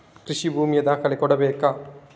ಕೃಷಿ ಭೂಮಿಯ ದಾಖಲೆ ಕೊಡ್ಬೇಕಾ?